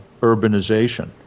urbanization